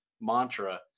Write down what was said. mantra